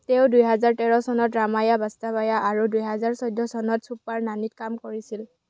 তেওঁ দুহেজাৰ তেৰ চনত ৰামাইয়া বাস্তাৱাইয়া আৰু দুহেজাৰ চৈধ্য় চনত ছুপাৰ নানীত কাম কৰিছিল